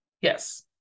yes